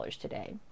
today